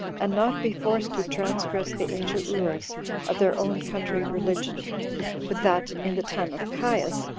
and not be forced to transgress the ancient rules of their own country religion but that, in the time of caius,